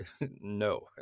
no